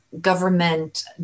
government